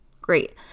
great